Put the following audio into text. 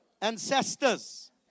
ancestors